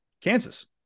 Kansas